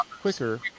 quicker